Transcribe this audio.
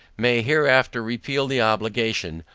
may hereafter repeal the obligation,